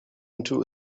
into